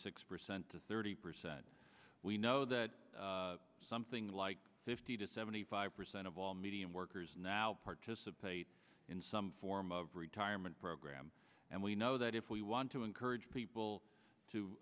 six percent to thirty percent we know that something like fifty to seventy five percent of all medium workers now participate in some form of retirement program and we know that if we want to encourage people